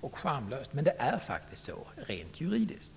och charmlöst, men det är faktiskt så rent juridiskt.